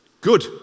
good